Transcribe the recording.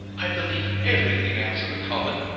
ai believe everything out of the common.